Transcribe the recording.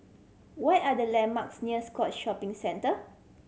what are the landmarks near Scotts Shopping Centre